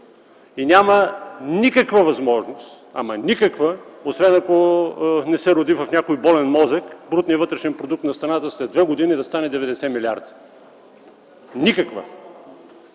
и няма никаква възможност, освен ако не се роди в някой болен мозък, брутният вътрешен продукт на страната след две години да стане 90 милиарда. Никаква